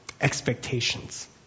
Expectations